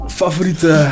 favoriete